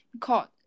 called